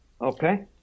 Okay